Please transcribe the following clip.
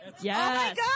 Yes